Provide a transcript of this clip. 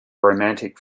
romantic